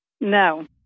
No